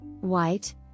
white